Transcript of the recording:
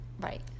Right